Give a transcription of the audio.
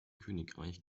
königreich